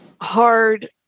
hard